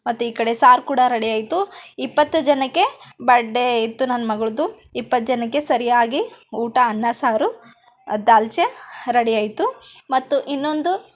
ಮತ್ತೆ ಈ ಕಡೆ ಸಾರು ಕೂಡ ರೆಡಿಯಾಯ್ತು ಇಪ್ಪತ್ತು ಜನಕ್ಕೆ ಬರ್ಡೇ ಇತ್ತು ನನ್ನ ಮಗಳದ್ದು ಇಪ್ಪತ್ತು ಜನಕ್ಕೆ ಸರಿಯಾಗಿ ಊಟ ಅನ್ನ ಸಾರು ದಾಲ್ಚೆ ರೆಡಿಯಾಯ್ತು ಮತ್ತು ಇನ್ನೊಂದು